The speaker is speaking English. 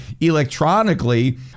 electronically